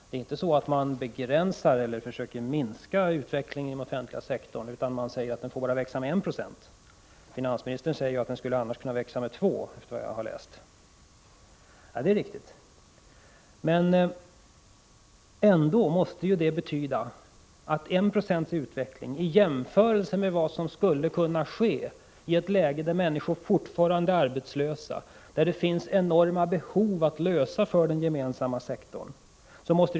Det är inte så att man begränsar eller försöker minska utvecklingen inom den offentliga sektorn, utan man säger att den bara får växa med 1 96. Finansministern säger annars att den skulle kunna växa med 2 90, efter vad jag har läst. Det är riktigt. Men 1 procents utveckling måste ändå innebära en försämring i jämförelse med vad som vore möjligt i ett läge där människor fortfarande är arbetslösa, där det finns enorma behov att fylla för den gemensamma sektorn.